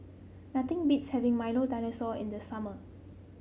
nothing beats having Milo Dinosaur in the summer